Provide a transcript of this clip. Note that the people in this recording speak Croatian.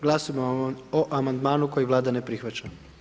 Glasujmo o amandmanu koji Vlada ne prihvaća.